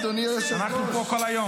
אדוני היושב-ראש.